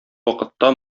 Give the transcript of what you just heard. вакытта